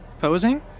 Posing